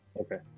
Okay